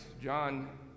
John